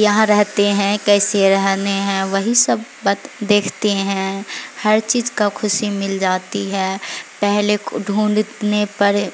یہاں رہتے ہیں کیسے رہنے ہیں وہی سب بت دیکھتے ہیں ہر چیز کا خوشی مل جاتی ہے پہلے ڈھونڈنے پر